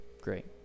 great